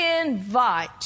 invite